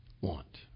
want